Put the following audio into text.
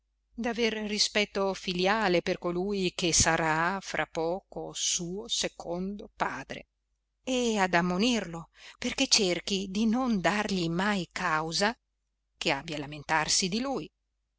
d'aver rispetto filiale per colui che sarà fra poco suo secondo padre e ad ammonirlo perché cerchi di non dargli mai causa che abbia a lamentarsi di lui